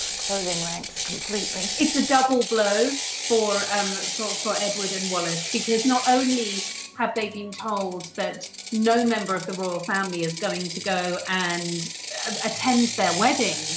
closing ranks completely. it's a double blow for um so for edward and wallis, because not only have they been told that no member of the royal family is going to go and attend their wedding.